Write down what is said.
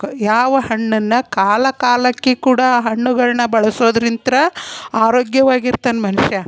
ಯಾವ ಹಣ್ಣನ್ನು ಕಾಲ ಕಾಲಕ್ಕೆ ಕೂಡ ಆ ಹಣ್ಣುಗಳನ್ನ ಬಳಸೋದ್ರಿಂತ ಆರೋಗ್ಯವಾಗಿರ್ತಾನ್ ಮನುಷ್ಯ